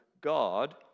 God